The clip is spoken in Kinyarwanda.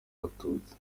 abatutsi